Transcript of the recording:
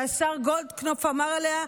שהשר גולדקנופ אמר עליה: